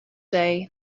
day